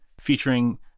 featuring